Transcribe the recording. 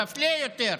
מפלה יותר.